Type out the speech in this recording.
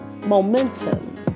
momentum